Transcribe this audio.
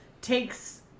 takes